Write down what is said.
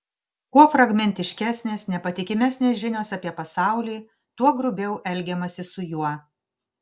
kuo fragmentiškesnės nepatikimesnės žinios apie pasaulį tuo grubiau elgiamasi su juo